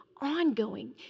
ongoing